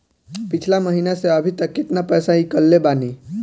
पिछला महीना से अभीतक केतना पैसा ईकलले बानी?